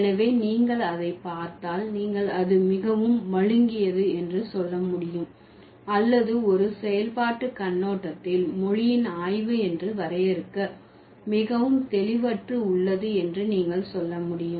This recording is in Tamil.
எனவே நீங்கள் அதை பார்த்தால் நீங்கள் அது மிகவும் மழுங்கியது என்று சொல்ல முடியும் அல்லது ஒரு செயல்பாட்டு கண்ணோட்டத்தில் மொழியின் ஆய்வு என்று வரையறுக்க மிகவும் தெளிவற்று உள்ளது என்று நீங்கள் சொல்ல முடியும்